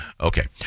Okay